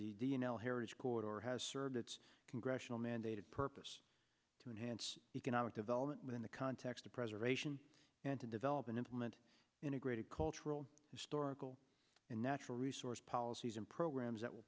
l heritage corps has served its congressional mandate purpose to enhance economic development within the context of preservation and to develop and implement integrated cultural historical and natural resource policies and programs that will